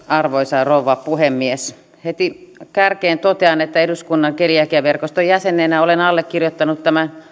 arvoisa rouva puhemies heti kärkeen totean että eduskunnan keliakiaverkoston jäsenenä olen allekirjoittanut tämän